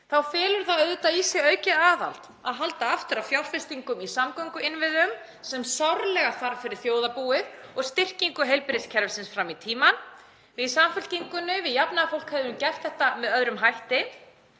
Þá felur það auðvitað í sér aukið aðhald að halda aftur af fjárfestingum í samgönguinnviðum sem sárlega þarf fyrir þjóðarbúið og styrkingu heilbrigðiskerfisins fram í tímann. Við í Samfylkingunni, við jafnaðarfólk, hefðum gert þetta með öðrum hætti.